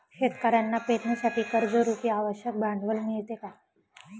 शेतकऱ्यांना पेरणीसाठी कर्जरुपी आवश्यक भांडवल मिळते का?